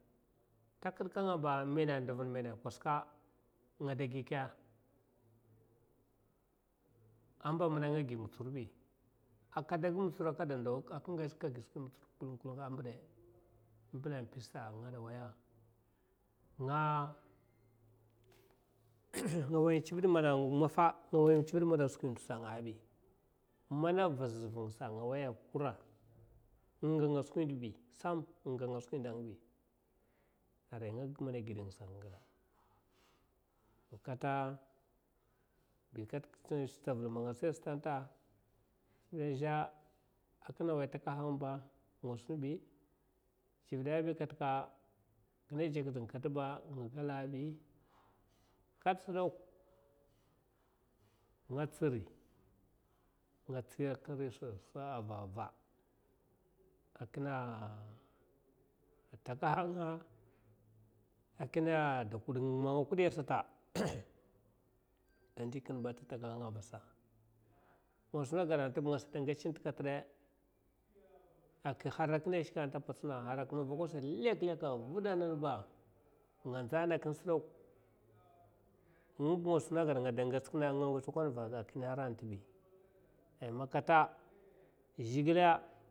Ta kidka ngaba in mena ndivna mena kwas ke ngada gike ammba mana nga gi mutsir bi akada gi mutsir kada ndou aka. Ngats aka gi skwi mutsur kilah kilah ambide nga a wai tsivid mana maffa nga wai tsivid skwi ndaisa a nga bi mana vazaz vinngasa a nga waiya’a, inganga a skwi ndoubi sam inganga skwi ndou a ngabi aria nga gi manaa gidnga sa ai gada ai katak tsavil man nga tsiya satata skwiya azha a kina sa takaha nga be nga sunbi tsivida bi katikka a, akina dzading katba nga gala’a, bi kat’sa dak nga tsiri nga tsiri tasa avava a kina takaha nga a kina da kud nga man nga kudiya sata a ndi kin baa ta takaha nga a vasa kwas nga gadata ngasa ngats tin katblai aka har a king shka ta a putsuna hara kina vokka sata lel leka a vuda nanla nga nza na kinsa dak ngiba ngada sun aged nga de ngats kina ngatsa kwan va ara t’bbi ai man kata zhikkeya.